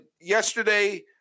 yesterday